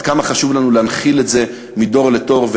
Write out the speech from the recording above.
כמה חשוב לנו להנחיל את זה מדור לדור,